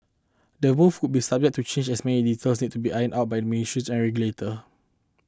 the move could be subject to change as many details need to be ironed out by ministries and regulator